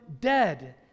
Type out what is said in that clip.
dead